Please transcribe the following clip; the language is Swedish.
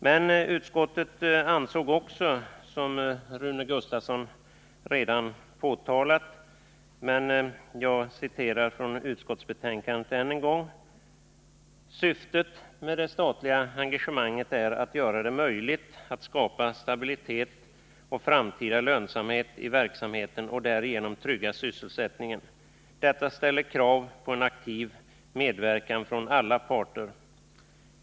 Men utskottet uttalade också, som Rune Gustavsson genom ett citat redan påvisat: ”Syftet med det statliga engagemanget är att göra det möjligt att skapa stabilitet och framtida lönsamhet i verksamheten och därigenom trygga sysselsättningen. Detta ställer krav på en aktiv medverkan från alla parter.